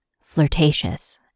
flirtatious